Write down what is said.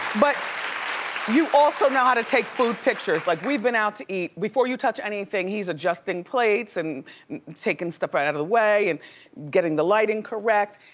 but you also know how to take food pictures. like, we've been out to eat. before you touch anything, he's adjusting plates and taking stuff out out of the way and getting the lighting correct,